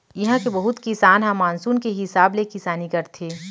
इहां के बहुत किसान ह मानसून के हिसाब ले किसानी करथे